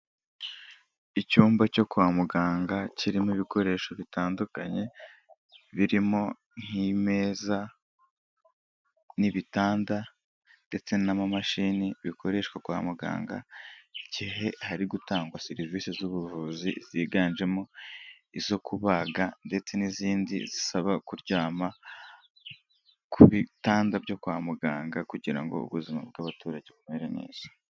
Icyumba cyo kwa muganga kirimo ibikoresho bitandukanye birimo nk'imeza n'ibitanda ndetse n'amamashini bikoreshwa kwa muganga, igihe hari gutangwa serivisi z'ubuvuzi ziganjemo izo kubaga ndetse n'izindi zisaba kuryama ku bitanda byo kwa muganga kugira ngo ubuzima bw'abaturage bumere neza.